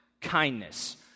kindness